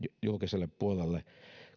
julkiselle puolelle